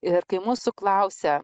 ir kai mūsų klausia